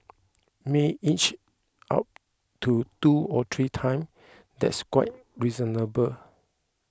may inch up to two or three times that's quite reasonable